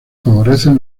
favorecen